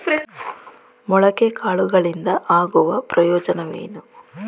ಮೊಳಕೆ ಕಾಳುಗಳಿಂದ ಆಗುವ ಪ್ರಯೋಜನವೇನು?